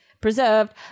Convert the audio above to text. preserved